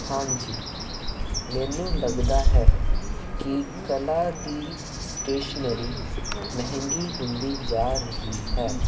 ਹਾਂਜੀ ਮੈਨੂੰ ਲੱਗਦਾ ਹੈ ਕਿ ਕਲਾ ਦੀ ਸਟੇਸ਼ਨਰੀ ਮਹਿੰਗੀ ਹੁੰਦੀ ਜਾ ਰਹੀ ਹੈ